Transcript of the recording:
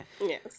Yes